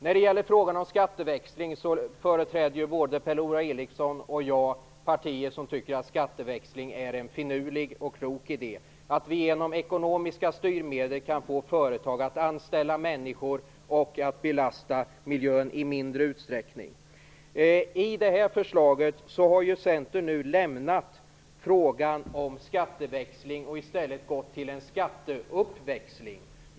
När det gäller frågan om skatteväxling företräder både Per-Ola Eriksson och jag partier som tycker att skatteväxling är en finurlig och klok idé, dvs. att vi genom ekonomiska styrmedel kan få företag att anställa människor och att belasta miljön i mindre utsträckning. I det här förslaget har ju Centern nu lämnat frågan om skatteväxling och i stället gått till en skatteuppväxling.